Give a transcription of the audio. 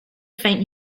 faint